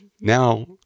now